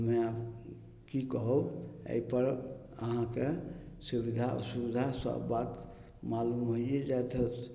हमे आब की कहू अइपर अहाँके सुविधा सुविधा सब बात मालुम होइए जायत होयत